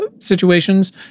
situations